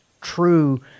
true